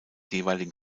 jeweiligen